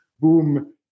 Boom